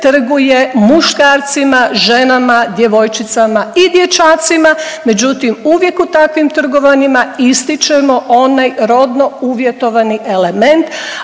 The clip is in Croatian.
trguje muškarcima, ženama, djevojčicama i dječacima, međutim uvijek u takvim trgovanjima ističemo onaj rodno uvjetovani element,